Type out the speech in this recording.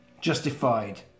Justified